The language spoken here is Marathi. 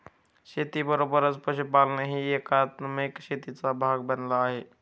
शेतीबरोबरच पशुपालनही एकात्मिक शेतीचा भाग बनला आहे